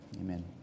Amen